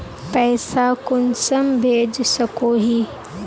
पैसा कुंसम भेज सकोही?